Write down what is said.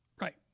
Right